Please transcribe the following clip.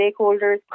stakeholders